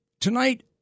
tonight